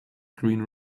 green